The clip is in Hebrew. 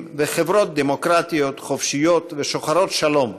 וחברות דמוקרטיות חופשיות ושוחרות שלום,